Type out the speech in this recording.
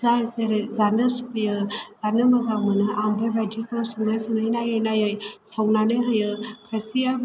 जाय जेरै जानो सुखुयो जानो मोजां मोनो आं बेबायदिखौ सङै सङै नायै नायै संनानै होयो खायसेया